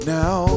now